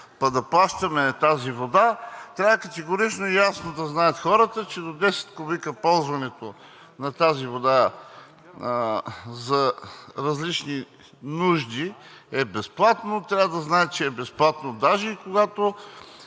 пък да плащаме тази вода. Трябва категорично и ясно да знаят хората, че до 10 кубика ползването на тази вода за различни нужди е безплатно. Трябва да знаят, че е безплатно даже и когато